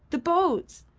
the boats!